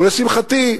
לשמחתי,